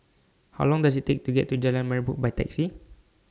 How Long Does IT Take to get to Jalan Merbok By Taxi